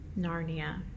Narnia